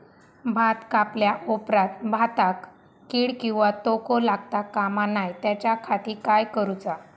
भात कापल्या ऑप्रात भाताक कीड किंवा तोको लगता काम नाय त्याच्या खाती काय करुचा?